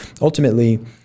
ultimately